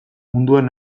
munduan